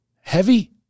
Heavy